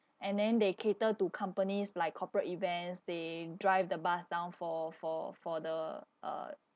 and then they cater to companies like corporate events they drive the bus down for for for the uh